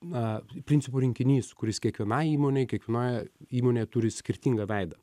na principų rinkinys kuris kiekvienai įmonei kiekvienoje įmonėje turi skirtingą veidą